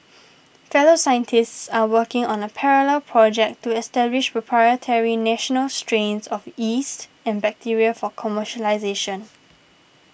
fellow scientists are working on a parallel project to establish proprietary national strains of yeast and bacteria for commercialisation